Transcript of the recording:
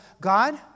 God